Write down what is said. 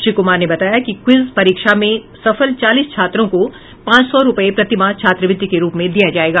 श्री कुमार ने बताया कि क्विज परीक्षा में सफल चालीस छात्रों को पांच सौ रुपये प्रतिमाह छात्रवृत्ति के रुप में दिया जाएगा